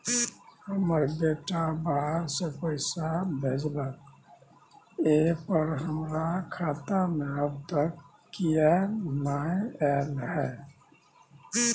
हमर बेटा बाहर से पैसा भेजलक एय पर हमरा खाता में अब तक किये नाय ऐल है?